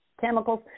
chemicals